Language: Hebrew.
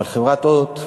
אבל חברת "הוט",